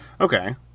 Okay